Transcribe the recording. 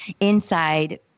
inside